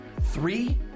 Three